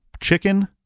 chicken